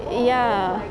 y~ ya